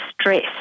stress